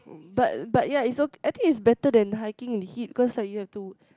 um but but ya it's okay I think it's better than hiking in heat because like you have to